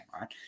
right